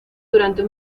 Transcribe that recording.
durante